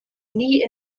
nie